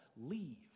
Leave